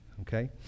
Okay